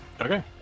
Okay